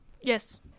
Yes